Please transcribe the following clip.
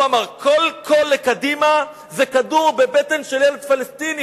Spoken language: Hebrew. הוא אמר: כל קול לקדימה זה כדור בבטן של ילד פלסטיני,